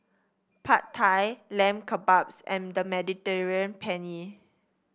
Pad Thai Lamb Kebabs and the Mediterranean Penne